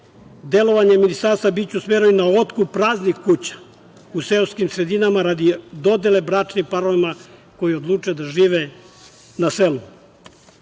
EU.Delovanje Ministarstva biće usmereno i na otkup praznih kuća u seoskim sredinama, radi dodele bračnim parovima koji odluče da žive na selu.